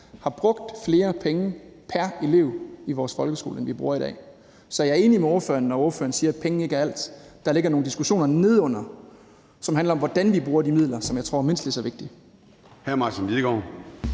har brugt flere penge pr. elev i vores folkeskole, end vi gør i dag. Så jeg er enig med hr. Martin Lidegaard, når han siger, at penge ikke er alt; der ligger nogle diskussioner nedenunder, som handler om, hvordan vi bruger de midler, og som jeg tror er mindst lige så vigtige.